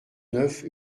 neuf